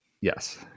yes